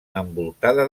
envoltada